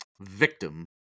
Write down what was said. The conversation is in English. victim